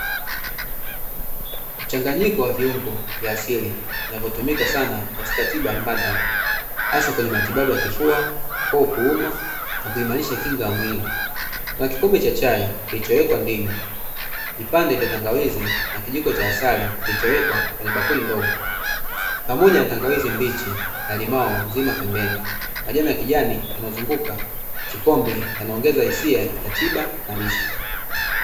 Mchanganyiko wa viungo vya asili vinavyotumika sana katika tiba mbadala, hasa katika matibabu ya kifua, koo kuuma, na kuimarisha kinga ya mwili na kikombe cha chai kilichowekwa ndimu, kipande cha tangawizi na kijiko cha asali kilichowekwa kwenye bakuli ndogo, pamoja na tangawizi mbichi na limau nzima pembeni. Majani ya kijani yanayozunguka kikombe yanaongeza hisia ya tiba na lishe.